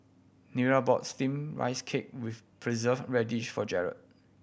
Nira bought Steamed Rice Cake with Preserved Radish for Jarrad